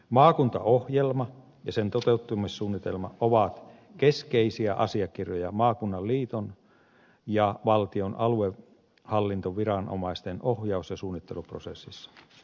maakuntaohjelma ja sen toteuttamissuunnitelma ovat keskeisiä asiakirjoja maakunnan liiton ja valtion aluehallintoviranomaisten ohjaus ja suunnitteluprosessissa